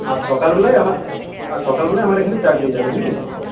আর সকাল বেলায় আমার সকাল বেলায় আমার এখানে চা খেয়ে যাবেন নাকি